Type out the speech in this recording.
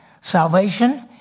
Salvation